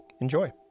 enjoy